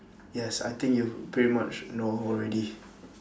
yes I think you pretty much know already